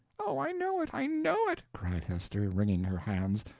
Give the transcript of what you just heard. oh, i know it, i know it, cried hester, wringing her hands,